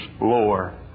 lower